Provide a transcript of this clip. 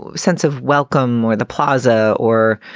sense of welcome or the plaza or,